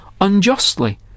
unjustly